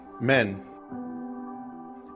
Men